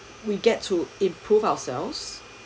we get to improve ourselves